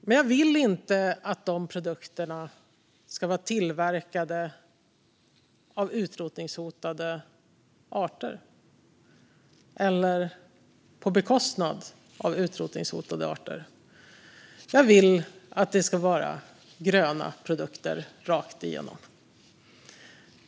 Men jag vill inte att de produkterna ska vara tillverkade av utrotningshotade arter eller att de ska tillverkas på bekostnad av utrotningshotade arter. Jag vill att det ska vara gröna produkter rakt igenom.